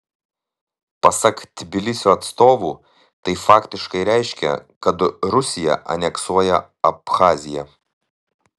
pasak tbilisio atstovų tai faktiškai reiškia kad rusija aneksuoja abchaziją